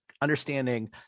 understanding